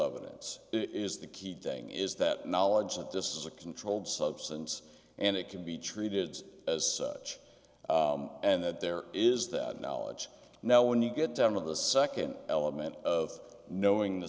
evidence it is the key thing is that knowledge that this is a controlled substance and it can be treated as such and that there is that knowledge now when you get down to the nd element of knowing the